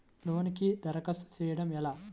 లోనుకి దరఖాస్తు చేయడము ఎలా?